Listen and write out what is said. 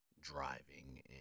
driving